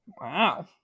Wow